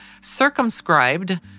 circumscribed